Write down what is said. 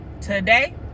today